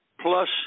plus